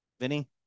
Vinny